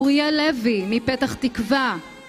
אוריה לוי מפתח תקווה